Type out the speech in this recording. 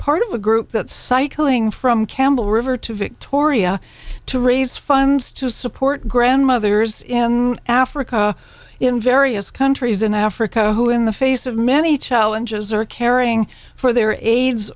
part of a group that cycling from campbell river to victoria to raise funds to support grandmothers in africa in various countries in africa who in the face of many challenges are caring for their aids